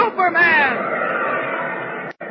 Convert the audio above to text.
Superman